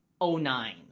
09